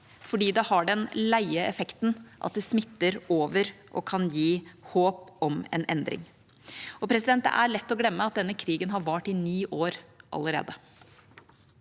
fordi det har den leie effekten at det smitter over og kan gi håp om en endring. Det er lett å glemme at denne krigen har vart i ni år allerede.